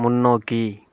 முன்னோக்கி